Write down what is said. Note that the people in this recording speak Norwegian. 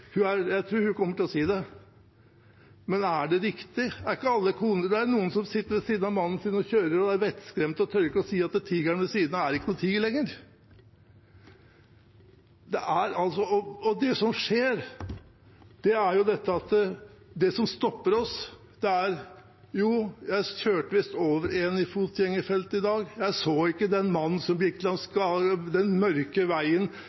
Jeg tror hun kommer til å si det. Men er det riktig? Det er noen koner som sitter ved siden av mannen sin og er vettskremte og ikke tør si at tigeren ved siden av ikke er noen tiger lenger. Det som skjer, er jo at det som stopper oss, er dette: «Jeg kjørte visst over en i fotgjengerfeltet i dag.» «Jeg så ikke den mannen som gikk langs den mørke veien.»